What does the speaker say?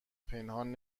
پنهان